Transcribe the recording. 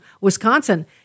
Wisconsin